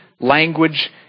language